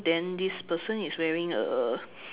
then this person is wearing a